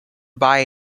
buy